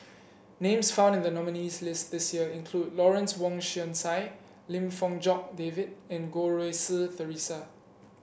names found in the nominees' list this year include Lawrence Wong Shyun Tsai Lim Fong Jock David and Goh Rui Si Theresa